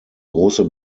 große